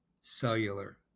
cellular